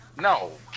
No